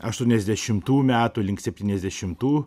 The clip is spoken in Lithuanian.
aštuoniasdešimtų metų link septiniasdešimtų